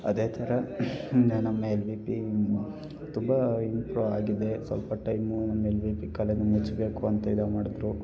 ಅದೇ ಥರ ನಮ್ಮ ಎಲ್ ವಿ ಪಿ ತುಂಬ ಇಂಪ್ರೂವ್ ಆಗಿದೆ ಸ್ವಲ್ಪ ಟೈಮು ನಮ್ಮ ಎಲ್ ವಿ ಪಿ ಕಾಲೇಜನ್ನು ಮಚ್ಚಬೇಕು ಅಂತೆಲ್ಲ ಮಾಡಿದ್ರು